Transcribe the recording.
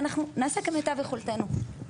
ואנחנו נעשה כמיטב יכולתנו.